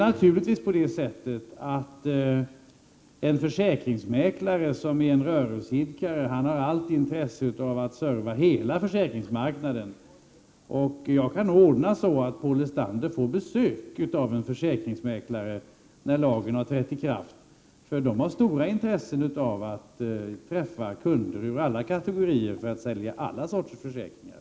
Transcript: Naturligtvis har en försäkringsmäklare, som är en rörelseidkare, allt intresse att serva hela försäkringsmarknaden. Jag kan ordna det så att Paul Lestander får besök av en försäkringsmäklare när lagen har trätt i kraft. Försäkringsmäklare har stort intresse av att träffa kunder av alla kategorier för att sälja alla sorters försäkringar.